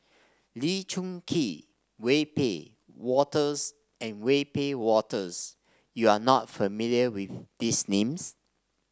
Lee Choon Kee Wiebe Wolters and Wiebe Wolters you are not familiar with these names